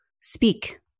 speak